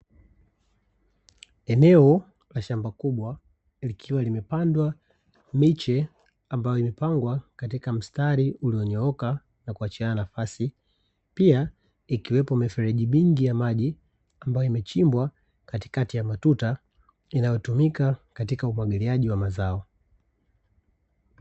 Eneo la shamba kubwa likiwa limepandwa miche ambayo imepangwa katika mstari ulionyooka na kuachiana nafasi. Pia ikiwepo mifereji mingi ya maji ambayo imechimbwa katikati ya matuta inayotumika katika umwagiliaji wa mazao.